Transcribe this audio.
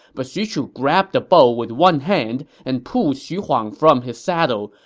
but xu chu grabbed the bow with one hand and pulled xu huang from his saddle.